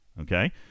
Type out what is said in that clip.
Okay